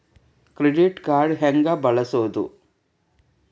Credit card ಹೆಂಗ ಬಳಸೋದು?